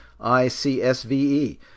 ICSVE